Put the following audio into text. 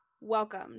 welcome